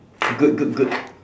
good good good